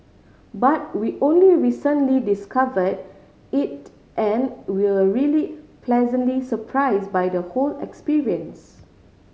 but we only recently discover it and were really pleasantly surprise by the whole experience